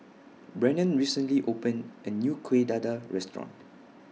Brennan recently opened A New Kueh Dadar Restaurant